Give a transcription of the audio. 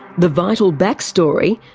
the vital backstory,